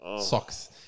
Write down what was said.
socks